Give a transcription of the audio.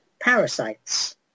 parasites